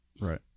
right